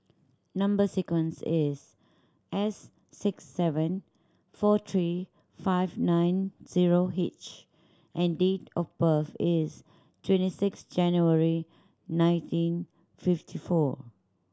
number sequence is S six seven four three five nine zero H and date of birth is twenty six January nineteen fifty four